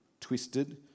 twisted